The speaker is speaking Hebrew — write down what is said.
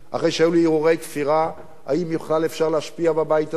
אחרי שהיו לי הרהורי כפירה האם בכלל אפשר להשפיע בבית הזה,